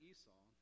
Esau